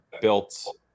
built